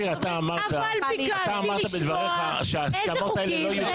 אבל ביקשתי לשמוע איזה חוקים.